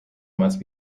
must